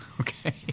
Okay